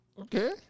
Okay